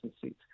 seats